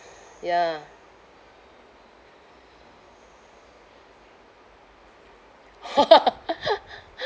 ya